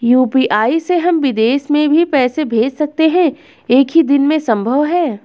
UPI से हम विदेश में भी पैसे भेज सकते हैं एक ही दिन में संभव है?